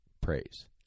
praise